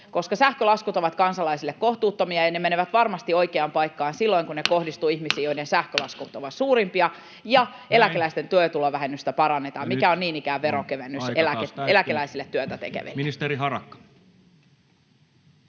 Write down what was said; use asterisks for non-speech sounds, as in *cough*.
koska sähkölaskut ovat kansalaisille kohtuuttomia, ja ne menevät varmasti oikeaan paikkaan silloin, *noise* kun ne kohdistuvat ihmisiin, joiden sähkölaskut ovat suurimpia. Ja eläkeläisten työtulovähennystä parannetaan, mikä on niin ikään veronkevennys työtä tekeville eläkeläisille.